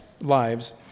lives